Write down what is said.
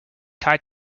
kai